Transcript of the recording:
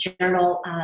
Journal